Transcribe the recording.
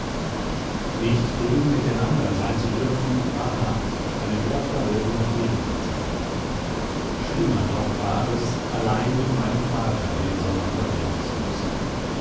nicht drüben mit den anderen sein zu dürfen war hart eine glatt verlorene ferienzeit schlimmer noch war es allein mit meinem vater den sommer verbringen zu müssen